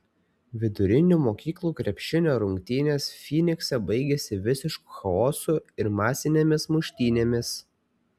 vidurinių mokyklų krepšinio rungtynės fynikse baigėsi visišku chaosu ir masinėmis muštynėmis